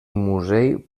musell